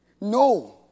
No